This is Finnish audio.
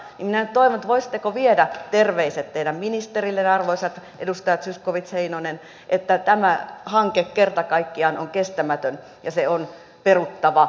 minä nyt toivon että voisitteko viedä terveiset teidän ministerillenne arvoisat edustajat zyskowicz ja heinonen että tämä hanke kerta kaikkiaan on kestämätön ja se on peruttava